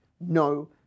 no